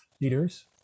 leaders